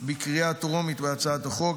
בקריאה הטרומית בהצעת החוק,